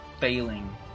failing